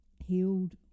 healed